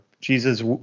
Jesus